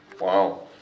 Wow